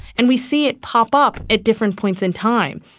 and we see it pop up at different points in time.